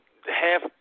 half